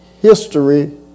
history